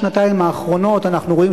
למרות שבשנה-שנתיים האחרונות אנחנו רואים